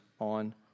on